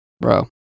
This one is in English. Bro